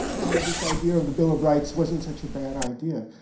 you know, this idea of the bill of rights wasn't such a bad idea.